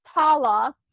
Tala